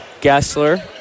Gessler